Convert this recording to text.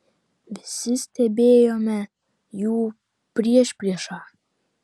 visi stebėjome jų priešpriešą